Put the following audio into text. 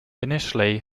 initially